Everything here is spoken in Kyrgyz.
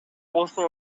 болсо